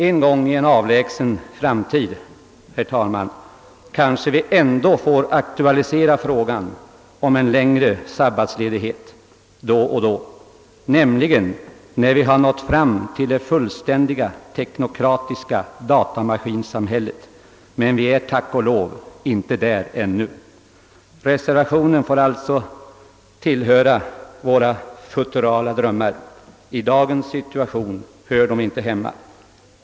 En gång i en avlägsen framtid, herr talman, kanske man ändå måste aktualisera frågan om en längre sabbatsledighet då och då, nämligen när utvecklingen har fört fram till det fullkomliga teknokratiska datamaskinsamhället. Men vi är, tack och lov, inte där ännu. Reservationen får alltså räknas till våra futurala drömmar. I dagens situation hör den inte hemma.